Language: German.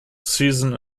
season